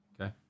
Okay